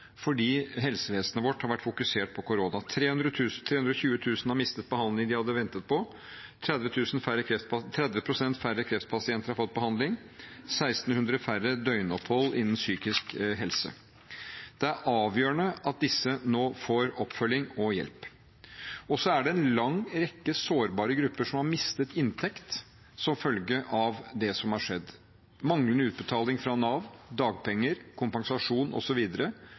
fordi helsevesenet vårt har vært fokusert på korona. 320 000 har mistet behandling de hadde ventet på. 30 pst. færre kreftpasienter har fått behandling. Det er 1 600 færre døgnopphold innen psykisk helse. Det er avgjørende at disse nå får oppfølging og hjelp. Det er en lang rekke sårbare grupper som har mistet inntekt som følge av det som har skjedd. Manglende utbetaling fra Nav – dagpenger, kompensasjon